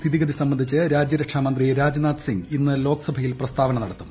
സ്ഥിതിഗതികൾ സംബന്ധിച്ച് രാജ്യരക്ഷാ മന്ത്രി രാജ് നാഥ് സിംഗ് ഇന്ന് ലോക്സഭയിൽ പ്രസ്താവന നടത്തും